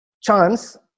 chance